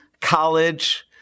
College